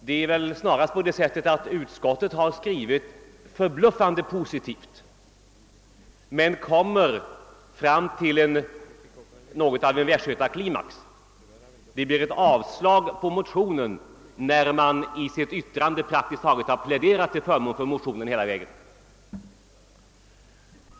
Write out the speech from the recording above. Det är väl snarare så, att utskottet har skrivit positivt, men kommit fram till något av en västgötaklimax; det blir ett avstyrkande av motionen trots att man i sitt yttrande praktiskt taget hela vägen har pläderat för motionen.